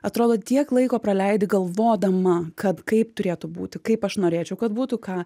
atrodo tiek laiko praleidi galvodama kad kaip turėtų būti kaip aš norėčiau kad būtų ką